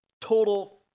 total